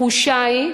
התחושה היא,